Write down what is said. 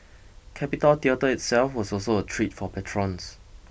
Capitol Theatre itself was also a treat for patrons